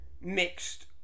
mixed